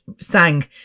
sang